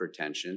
hypertension